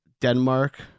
Denmark